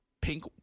Pink